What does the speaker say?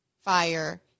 fire